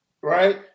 Right